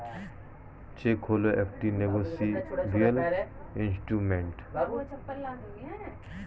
check হল একটি negotiable instrument